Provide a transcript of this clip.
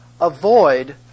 avoid